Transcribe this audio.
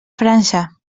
frança